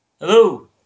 Hello